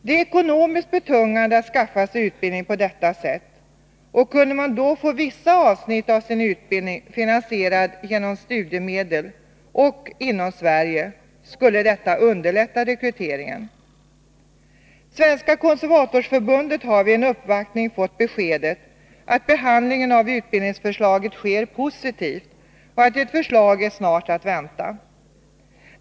Det är ekonomiskt betungande att skaffa sig utbildning på detta sätt. Kunde man få vissa avsnitt av sin utbildning finansierad genom studiemedel och förlagd inom Sverige, skulle detta underlätta rekryteringen. Svenska konservatorsförbundet har vid en uppvaktning fått beskedet att behandlingen av utbildningsförslaget sker positivt och att ett förslag snart är att vänta.